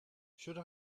should